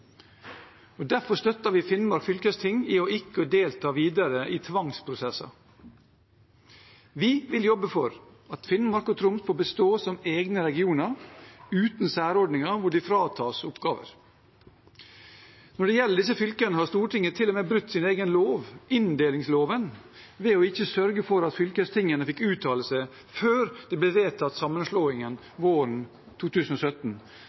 Derfor støtter vi Finnmark fylkesting i ikke å delta videre i tvangsprosesser. Vi vil jobbe for at Finnmark og Troms får bestå som egne regioner, uten særordninger hvor de fratas oppgaver. Når det gjelder disse fylkene, har Stortinget til og med brutt sin egen lov, inndelingsloven, ved ikke å sørge for at fylkestingene fikk uttale seg før sammenslåingen ble vedtatt våren 2017.